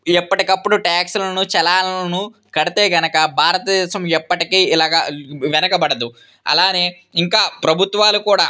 ఎప్పటికప్పుడు ట్యాక్స్లను చలానాలను కడితే కనుక భారతదేశం ఎప్పటికి ఇలాగా వెనకబడదు అలానే ఇంకా ప్రభుత్వాలు కూడా